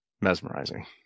Mesmerizing